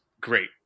great